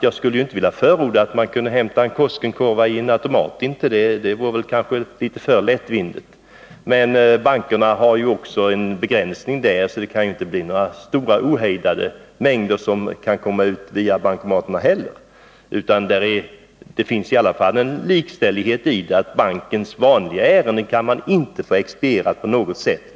Jag skulle inte förorda försäljning av Koskenkorva i en automat. Det vore en smula för lättvindigt. Men bankomaterna innebär ändå en begränsning: det kan ändå inte bli obegränsade mängder med pengar som kommer ut den vägen. Och bankens vanliga ärenden kan man inte få expedierade på lördagar.